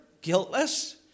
guiltless